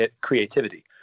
creativity